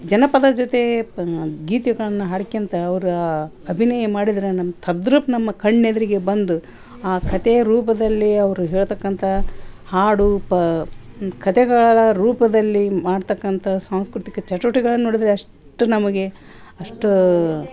ಜನಪದ ಜೊತೆ ಪ ಗೀತೆಗಳನ್ನು ಹಾಡ್ಕಂತ ಅವ್ರು ಅಭಿನಯ ಮಾಡಿದರೆ ನಮ್ಮ ತದ್ರೂಪ ನಮ್ಮ ಕಣ್ಣು ಎದುರಿಗೆ ಬಂದು ಆ ಕಥೆಯ ರೂಪದಲ್ಲಿ ಅವರು ಹೇಳತಕ್ಕಂಥ ಹಾಡು ಪ ಕಥೆಗಳ ರೂಪದಲ್ಲಿ ಮಾಡತಕ್ಕಂಥ ಸಾಂಸ್ಕೃತಿಕ ಚಟುವಟಿಕೆಗಳನ್ನು ನೋಡಿದರೆ ಅಷ್ಟು ನಮಗೆ ಅಷ್ಟು